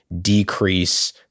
decrease